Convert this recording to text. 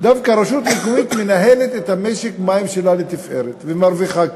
דווקא את משק המים שלה לתפארת, ומרוויחה כסף.